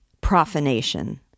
Profanation